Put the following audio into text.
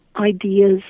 ideas